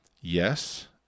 Yes